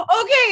Okay